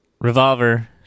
Revolver